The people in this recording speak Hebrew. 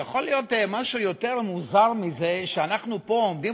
יכול להיות משהו יותר מוזר מזה שאנחנו פה עומדים,